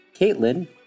Caitlin